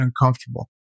uncomfortable